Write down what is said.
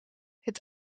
het